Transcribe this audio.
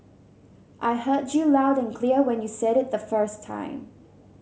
I heard you loud and clear when you said it the first time